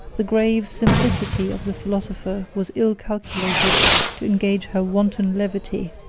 the grave simplicity of the philosopher was ill calculated to engage her wanton levity,